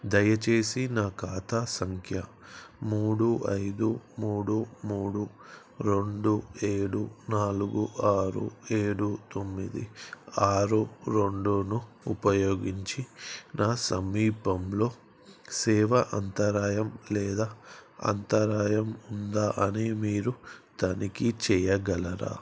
దయచేసి నా ఖాతా సంఖ్య మూడు ఐదు మూడు మూడు రెండు ఏడు నాలుగు ఆరు ఏడు తొమ్మిది ఆరు రెండును ఉపయోగించి నా సమీపంలో సేవ అంతరాయం లేదా అంతరాయం ఉందా అని మీరు తనిఖీ చెయ్యగలరా